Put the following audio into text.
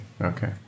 okay